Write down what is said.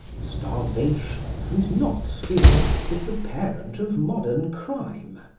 starvation, and not sin, is the parent of modern crime.